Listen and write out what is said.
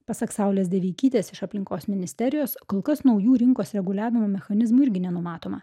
pasak saulės deveikytės iš aplinkos ministerijos kol kas naujų rinkos reguliavimo mechanizmų irgi nenumatoma